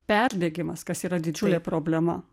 perdegimas kas yra didžiulė problema